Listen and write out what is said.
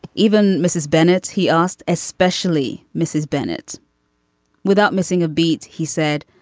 even mrs. bennett. he asked especially mrs. bennett without missing a beat. he said.